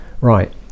right